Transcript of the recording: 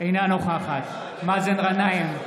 אינה נוכחת מאזן גנאים,